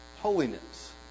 holiness